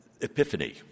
epiphany